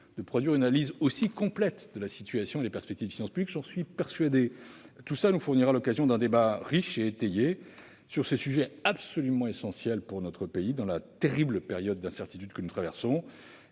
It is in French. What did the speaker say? deux mois une analyse aussi complète de la situation et des perspectives des finances publiques ? J'en suis persuadé. Nous aurons donc un débat riche et étayé sur ces sujets absolument essentiels pour notre pays, dans la terrible période d'incertitudes que nous traversons.